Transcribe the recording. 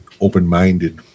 open-minded